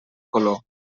color